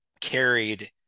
carried